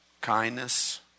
kindness